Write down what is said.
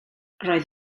roedd